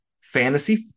fantasy